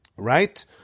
Right